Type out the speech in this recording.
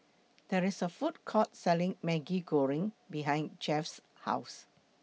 There IS A Food Court Selling Maggi Goreng behind Jeff's House